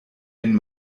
den